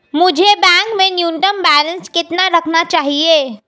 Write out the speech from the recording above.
मुझे बैंक में न्यूनतम बैलेंस कितना रखना चाहिए?